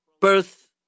birth